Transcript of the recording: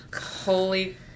Holy